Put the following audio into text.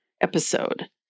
episode